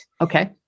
Okay